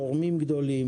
תורמים גדולים,